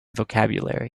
vocabulary